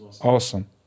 awesome